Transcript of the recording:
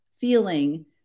feeling